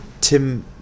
Tim